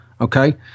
Okay